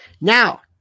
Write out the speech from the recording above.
Now